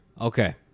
Okay